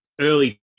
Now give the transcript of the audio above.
early